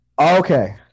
Okay